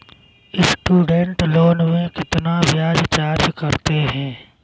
Student loan में कितना ब्याज चार्ज करते हैं?